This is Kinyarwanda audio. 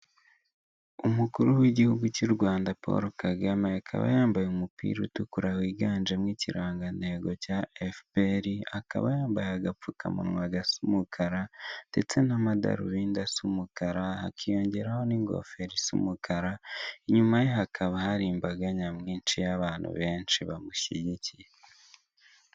Umukuru w'igihugu cy'u Rwanda Paul Kagame akaba yambaye umupira utukura wiganjemo ikirangantego cya Efuperi, akaba yambaye agapfukamunwa gasa umukara ndetse n'amadarubindi asa umukara hakiyongeraho n'ingofero isa umukara, inyuma hakaba hari imbaga nyamwinshi y'abantu benshi bamushyigikiye.